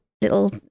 little